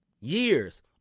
years